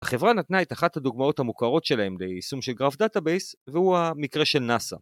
החברה נתנה את אחת הדוגמאות המוכרות שלהם ליישום של Graph Database, והוא המקרה של נאסא.